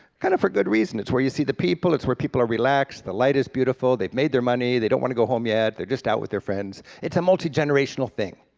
kinda for good reason, it's where you see the people, that's where people are relaxed, the light is beautiful, they've made their money, they don't want to go home yet, they're just out with their friends. it's a multi-generational thing,